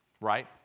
Right